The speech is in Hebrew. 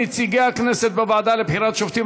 נציגי הכנסת בוועדה לבחירת שופטים),